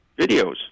videos